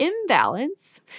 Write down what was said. imbalance